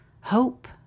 hope